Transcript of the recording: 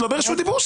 את לא ברשות דיבור.